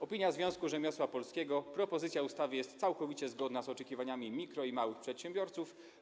Opinia Związku Rzemiosła Polskiego: Propozycja ustawy jest całkowicie zgodna z oczekiwaniami mikro- i małych przedsiębiorców.